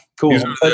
Cool